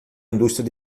indústria